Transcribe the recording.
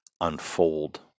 unfold